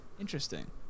interesting